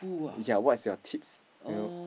ya what's your tips you know